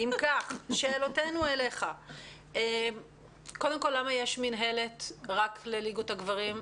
שאלתנו הראשונה אליך היא למה יש מינהלת רק לליגות הגברים.